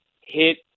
hit